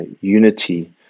unity